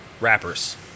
rappers